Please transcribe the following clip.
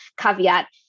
caveat